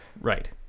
right